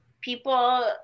people